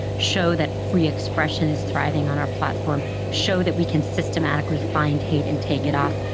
show that free expression is thriving on our platform, show that we can systematically find hate and take it off,